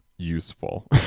useful